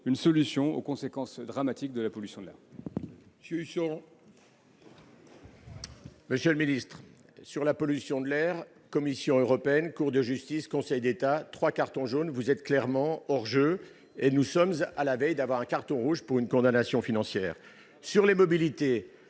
une solution aux conséquences dramatiques de la pollution de l'air.